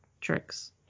tricks